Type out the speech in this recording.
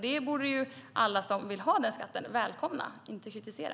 Det borde alla som vill ha den skatten välkomna, inte kritisera.